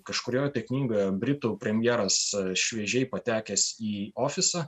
kažkurioje tai knygoje britų premjeras šviežiai patekęs į ofisą